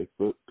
Facebook